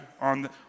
on